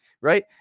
right